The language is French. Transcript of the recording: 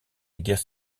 guerre